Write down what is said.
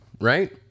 right